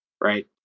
right